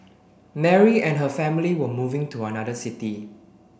Mary and her family were moving to another city